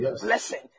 blessing